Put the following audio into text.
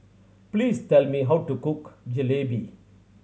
please tell me how to cook Jalebi